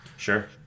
Sure